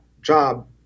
job